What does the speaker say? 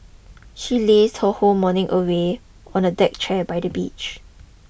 she lazed her whole morning away on a deck chair by the beach